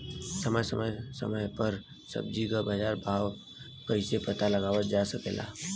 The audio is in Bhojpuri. समय समय समय पर सब्जी क बाजार भाव कइसे पता लगावल जा सकेला?